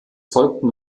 folgten